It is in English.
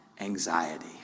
Anxiety